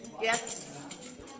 Yes